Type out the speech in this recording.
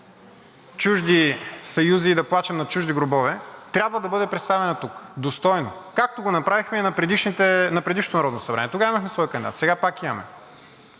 чужди съюзи и да плачем на чужди гробове, трябва да бъде представена тук достойно, както го направихме и в предишното Народно събрание – тогава имахме свой кандидат, сега пак имаме.